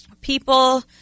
people